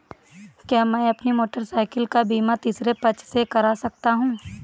क्या मैं अपनी मोटरसाइकिल का बीमा तीसरे पक्ष से करा सकता हूँ?